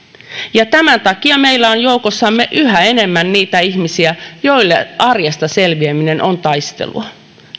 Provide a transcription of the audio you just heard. niin meillä on joukossamme yhä enemmän niitä ihmisiä joille arjesta selviäminen on taistelua